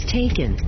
taken